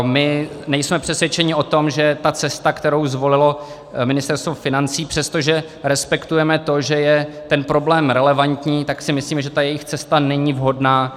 My nejsme přesvědčeni o tom, že ta cesta, kterou zvolilo Ministerstvo financí, přestože respektujeme to, že je ten problém relevantní, tak si myslíme, že ta jejich cesta není vhodná.